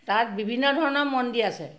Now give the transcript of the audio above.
তাত বিভিন্ন ধৰণৰ মন্দিৰ আছে